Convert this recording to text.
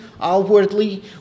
outwardly